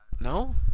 no